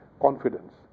confidence